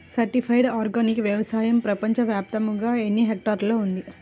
Certified organic వ్యవసాయం ప్రపంచ వ్యాప్తముగా ఎన్నిహెక్టర్లలో ఉంది?